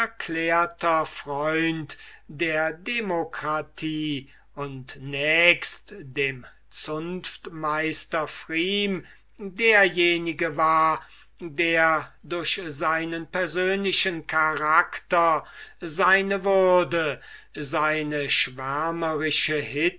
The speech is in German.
erklärter freund der demokratie und nächst dem zunftmeister pfrieme derjenige war der durch seinen persönlichen charakter seine würde seine